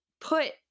put